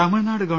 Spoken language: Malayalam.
തമിഴ്നാട് ഗവ